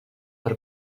per